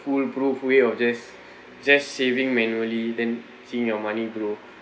foolproof way or just just saving manually then seeing your money grow